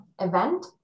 event